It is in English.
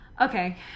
Okay